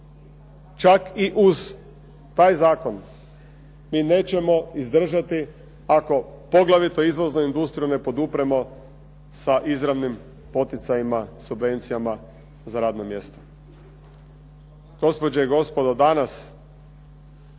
čak i uz taj zakon mi nećemo izdržati ako poglavito izvoznu industriju ne podupremo sa izravnim poticajima subvencijama za radno mjesto. Gospođe i gospodo danas